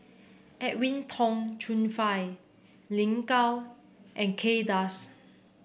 Edwin Tong Chun Fai Lin Gao and Kay Das